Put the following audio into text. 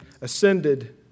ascended